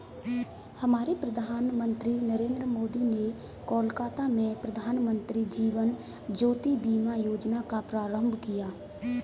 हमारे प्रधानमंत्री नरेंद्र मोदी ने कोलकाता में प्रधानमंत्री जीवन ज्योति बीमा योजना का प्रारंभ किया